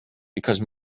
because